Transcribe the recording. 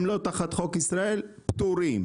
הם לא תחת חוק ישראל והם פטורים.